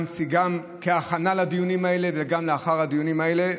גם ההכנה לדיונים האלה וגם לאחר הדיונים האלה.